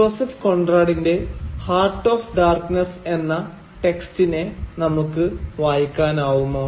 Joseph കോൺറാഡിന്റെ 'heart of darkness' എന്ന ടെക്സ്റ്റിനെ നമുക്ക് വായിക്കാനാവുമോ